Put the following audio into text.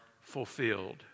fulfilled